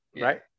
right